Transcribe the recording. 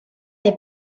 est